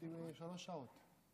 שלוש שעות.